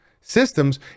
Systems